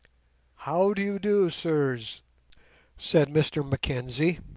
how do you do, sirs said mr mackenzie,